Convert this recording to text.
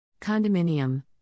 Condominium